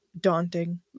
Daunting